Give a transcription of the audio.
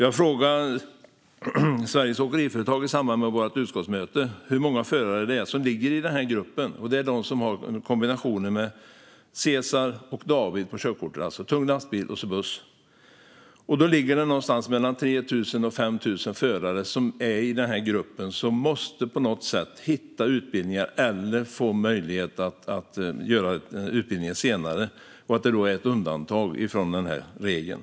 I samband med vårt utskottsmöte frågade jag Sveriges Åkeriföretag hur många förare det är som ingår i gruppen som har kombinationen C och D i körkortet, alltså tung lastbil och buss. Och det är någonstans mellan 3 000 och 5 000 förare i den här gruppen som på något sätt måste hitta en utbildning eller få möjlighet att genomföra utbildningen senare och därmed undantas från den här regeln.